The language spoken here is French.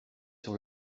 sur